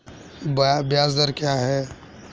ब्याज दर क्या है?